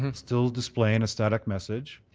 and still dig playing aesthetic message,